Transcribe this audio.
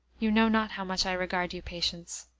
you know not how much i regard you, patience.